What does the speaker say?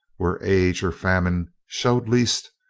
where age or famine showed least,